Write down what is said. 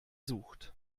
sucht